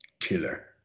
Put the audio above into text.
Killer